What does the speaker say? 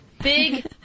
Big